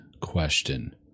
question